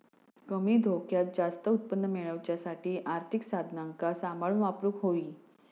कमी धोक्यात जास्त उत्पन्न मेळवच्यासाठी आर्थिक साधनांका सांभाळून वापरूक होई